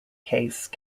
case